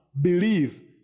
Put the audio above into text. believe